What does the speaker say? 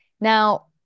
Now